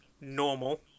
normal